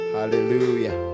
Hallelujah